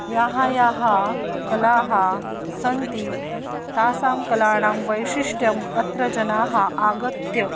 याः याः कलाः सन्ति तासां कलाणां वैशिष्ट्यम् अत्र जनाः आगत्य